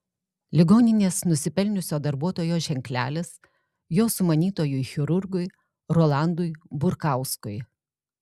ligoninės nusipelniusio darbuotojo ženklelis jo sumanytojui chirurgui rolandui burkauskui